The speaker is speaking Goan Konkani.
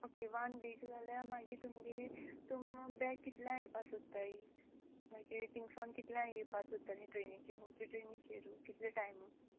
ओके वन वीक जाल्या मागी तुमगे तुम बॅक कितल्यां येवपा सोत्ताय मागी थिंग सावन कितल्यां येवपा सोत्ता न्ही ट्रेनीचे खुंचे ट्रेनीचेरू कितले टायम